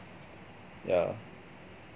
yeah